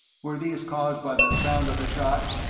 were these caused by the sound of the shot?